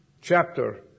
chapter